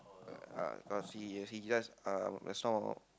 uh uh cause he he just uh just now